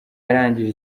yarangije